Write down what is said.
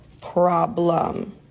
problem